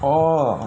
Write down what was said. oh